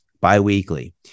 bi-weekly